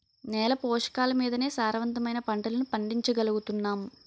నేల పోషకాలమీదనే సారవంతమైన పంటలను పండించగలుగుతున్నాం